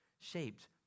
shaped